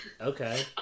Okay